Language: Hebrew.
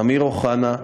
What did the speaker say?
אמיר אוחנה,